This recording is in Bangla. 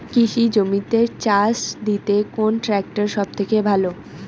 কৃষি জমিতে চাষ দিতে কোন ট্রাক্টর সবথেকে ভালো?